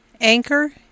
Anchor